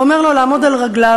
הוא אומר לו לעמוד על רגליו,